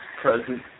Present